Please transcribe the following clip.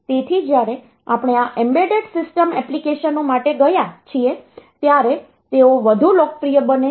તેથી જ્યારે આપણે આ એમ્બેડેડ સિસ્ટમ એપ્લિકેશનો માટે ગયા છીએ ત્યારે તેઓ વધુ લોકપ્રિય બને છે